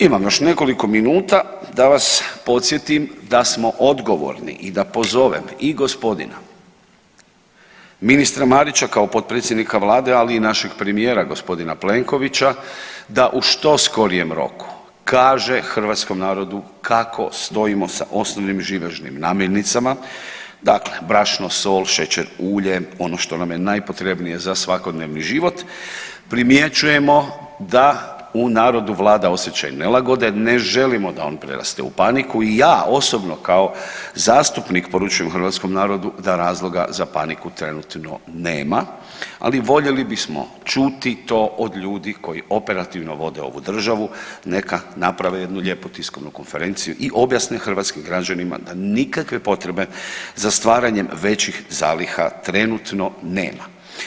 Imamo još nekoliko minuta da vas podsjetim da smo odgovorni i da pozovem i g. ministra Marića kao potpredsjednika vlade, ali i našeg premijera g. Plenkovića da u što skorijem roku kaže hrvatskom narodu kako stojimo sa osnovnim živežnim namirnicama, dakle brašno, sol, šećer, ulje, ono što nam je najpotrebnije za svakodnevni život, primjećujemo da u narodu vlada osjećaj nelagode, ne želimo da on preraste u paniku i ja osobno kao zastupnik poručujem hrvatskom narodu da razloga za paniku trenutno nema, ali voljeli bismo čuti to od ljudi koji operativno vode ovu državu neka naprave jednu lijepu tiskovnu konferenciju i objasne hrvatskim građanima da nikakve potrebe za stvaranjem većih zaliha trenutno nema.